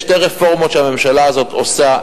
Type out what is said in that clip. יש שתי רפורמות שהממשלה הזאת עושה.